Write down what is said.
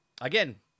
Again